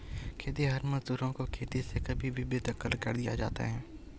खेतिहर मजदूरों को खेती से कभी भी बेदखल कर दिया जाता है